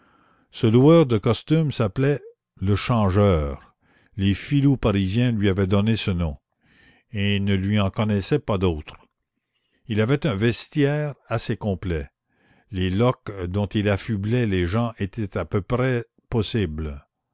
ce loueur de costumes s'appelait le changeur les filous parisiens lui avaient donné ce nom et ne lui en connaissaient pas d'autre il avait un vestiaire assez complet les loques dont il affublait les gens étaient à peu près possibles